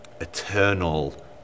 eternal